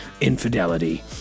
infidelity